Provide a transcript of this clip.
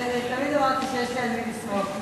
תמיד אמרתי שיש לי על מי לסמוך.